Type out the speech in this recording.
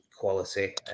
quality